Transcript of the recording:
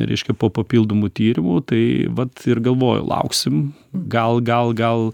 reiškia po papildomų tyrimų tai vat ir galvoju lauksim gal gal gal